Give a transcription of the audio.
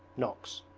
knocks.